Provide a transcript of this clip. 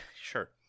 sure